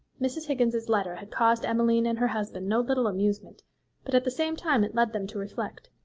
mrs. higgins's letter had caused emmeline and her husband no little amusement but at the same time it led them to reflect.